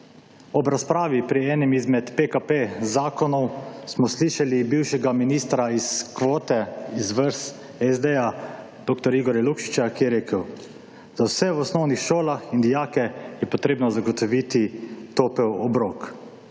Ob razpravi pri enem izmed PKP zakonov, smo slišali bivšega ministra iz kvote, iz vrst SD-ja, dr. Igorja Lukšiča, ki je rekel, »Za vse v osnovnih šolah in dijake je potrebno zagotoviti topel obrok.«